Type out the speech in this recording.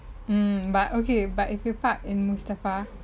mm but okay but if you park in mustafa